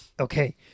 Okay